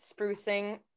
sprucing